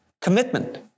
commitment